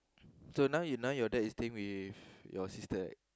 so now your now your dad is staying with your sister right